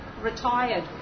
retired